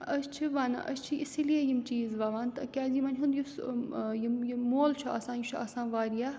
أسۍ چھِ وَنان أسۍ چھِ اِسی لیے یِم چیٖز وَوان تہٕ کیٛازِ یِمَن ہُنٛد یُس یِم یِم مۄل چھُ آسان یہِ چھُ آسان واریاہ